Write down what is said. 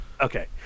Okay